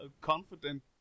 confident